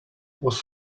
was